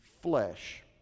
flesh